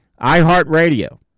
iHeartRadio